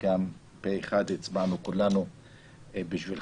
וגם הצבענו פה-אחד כולנו בשבילך,